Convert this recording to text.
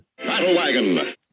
Battlewagon